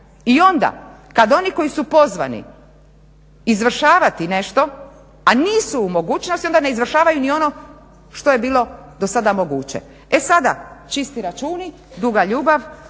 I onda kad oni koji su pozvani izvršavati nešto, a nisu u mogućnosti onda ne izvršavaju ni ono što je bilo do sada moguće. E sada čisti računi, duga ljubav,